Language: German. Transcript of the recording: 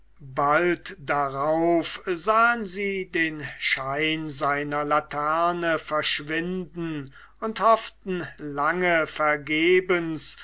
bald darauf sahen sie den schein seiner laterne verschwinden und hofften lange vergebens